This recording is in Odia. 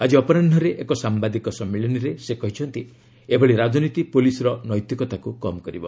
ଆଜି ଅପରାହୁରେ ଏକ ସାମ୍ଭାଦିକ ସମ୍ମିଳନୀରେ ସେ କହିଛନ୍ତି ଏଭଳି ରାଜନୀତି ପୁଲିସର ନୈତିକତାକୁ କମ୍ କରିବ